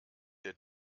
der